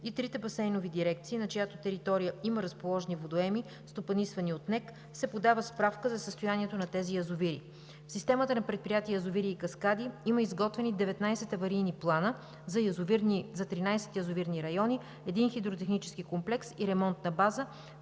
и трите басейнови дирекции, на чиято територия има разположени водоеми, стопанисвани от НЕК, се подава справка за състоянието на тези язовири. В системата на предприятие „Язовири и каскади“ има изготвени 19 аварийни плана за 13 язовирни района, един хидротехнически комплекс и ремонтна база,